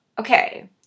Okay